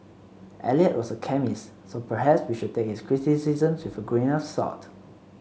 Eliot was a chemist so perhaps we should take his criticisms with a grain of salt